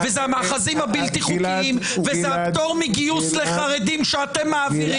אלה המאחזים הבלתי חוקיים וזה הפטור מגיוס לחרדים שאתם מעבירים.